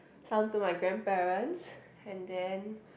some to my grandparents and then